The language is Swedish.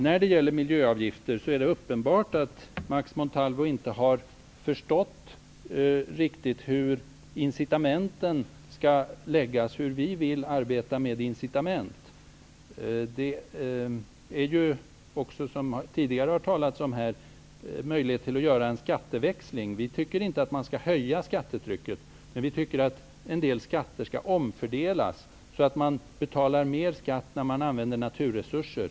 När det gäller miljöavgifter är det uppenbart att Max Montalvo inte har förstått riktigt hur vi vill arbeta med incitament. Som det har sagts här tidigare finns möjlighet att göra en skatteväxling. Vi tycker inte att man skall höja skattetrycket, men vi tycker att en del skatter skall omfördelas så att man betalar mer skatt när man använder naturresurser.